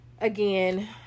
Again